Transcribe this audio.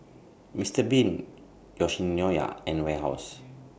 Mister Bean Yoshinoya and Warehouse